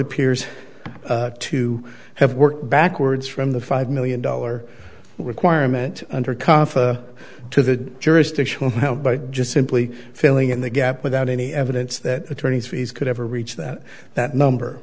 appears to have worked backwards from the five million dollar requirement under kafa to the jurisdictional help but just simply filling in the gap without any evidence that attorneys fees could ever reach that that number